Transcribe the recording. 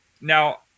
now